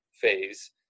phase